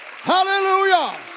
Hallelujah